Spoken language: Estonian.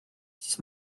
siis